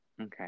Okay